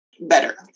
better